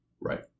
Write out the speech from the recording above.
Right